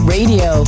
Radio